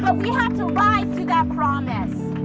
but we have to rise to that promise.